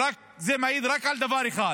זה מעיד רק על דבר אחד: